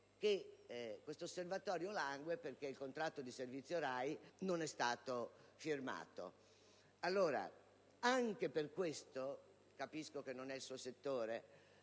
che detto Osservatorio langue perché il contratto di servizio RAI non è stato firmato. Ministro, capisco che non è il suo settore